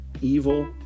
evil